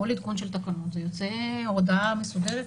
כל עדכון של תקנות יוצאת הודעה מסודרת